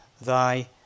thy